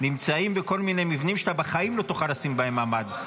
נמצאים בכל מיני מבנים שאתה בחיים לא תוכל לשים בהם ממ"ד,